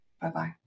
Bye-bye